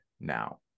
now